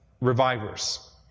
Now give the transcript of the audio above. revivers